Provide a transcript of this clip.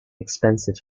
expensive